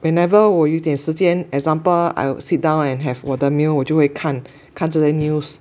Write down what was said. whenever 我有一点时间 example I'll sit down and have 我的 meal 我就会看看这些 news